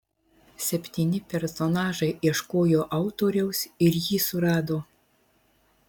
septyni personažai ieškojo autoriaus ir jį surado